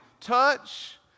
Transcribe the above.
touch